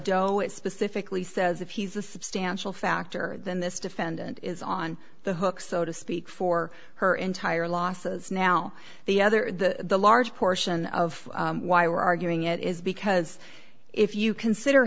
it specifically says if he's a substantial factor in this defendant is on the hook so to speak for her entire losses now the other the large portion of why we're arguing it is because if you consider